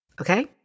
okay